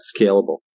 scalable